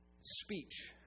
speech